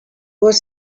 was